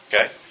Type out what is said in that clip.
Okay